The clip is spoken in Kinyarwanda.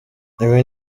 ibi